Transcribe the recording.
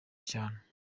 cyane